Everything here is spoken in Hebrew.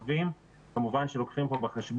ערבי כיהודי, שלא הגיעה אליו תשתית